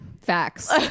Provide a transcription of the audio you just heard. Facts